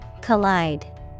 Collide